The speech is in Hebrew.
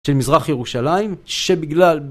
של מזרח ירושלים שבגלל